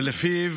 שלפיו